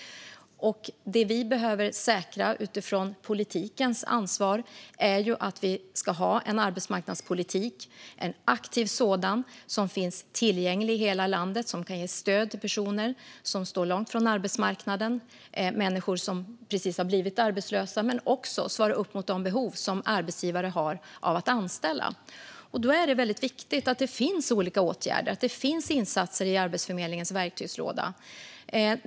Det vi behöver säkra utifrån politikens ansvar är att vi ska ha en arbetsmarknadspolitik, en aktiv sådan som finns tillgänglig i hela landet och kan ge stöd till personer som står långt från arbetsmarknaden. Det handlar om att stödja människor som precis har blivit arbetslösa men också om att svara upp mot arbetsgivares behov av att anställa. Då är det väldigt viktigt att det finns olika åtgärder och insatser i Arbetsförmedlingens verktygslåda.